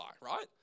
right